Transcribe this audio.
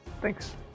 thanks